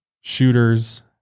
shooters